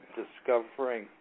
discovering